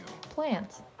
plants